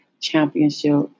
championship